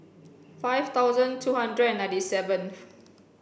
five thousand two hundred and ninety seventh